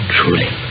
Truly